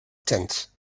tent